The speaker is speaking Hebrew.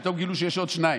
פתאום גילו שיש עוד שניים.